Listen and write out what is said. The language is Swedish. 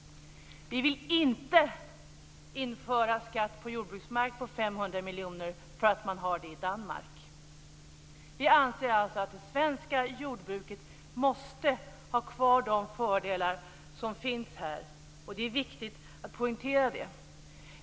Vi vill inte införa skatt på jordbruksmark på 500 miljoner för att man har det i Danmark. Vi anser alltså att det svenska jordbruket måste ha kvar de fördelar som finns här. Det är viktigt att poängtera det.